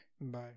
Bye